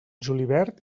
julivert